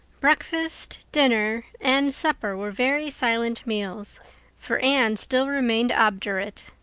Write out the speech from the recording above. breakfast, dinner, and supper were very silent meals for anne still remained obdurate.